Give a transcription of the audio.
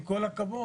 עם כל הכבוד,